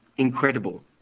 incredible